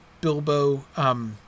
Bilbo